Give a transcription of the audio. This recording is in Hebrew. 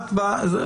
דיגיטלית.